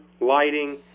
lighting